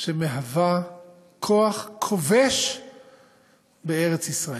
שמהווה כוח כובש בארץ-ישראל.